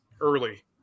early